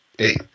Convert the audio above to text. Eight